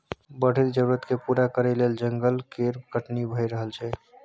बढ़ैत जरुरत केँ पूरा करइ लेल जंगल केर कटनी भए रहल छै